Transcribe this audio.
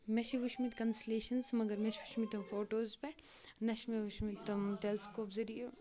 مےٚ چھِ وٕچھمتۍ کَنسٕلیشَنٕز مگر مےٚ چھِ وٕچھمٕتۍ فوٹوز پٮ۪ٹھ نہ چھِ مےٚ وٕچھمٕتۍ تِم ٹیٚلِسکوپ ذٔریعہِ